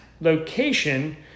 location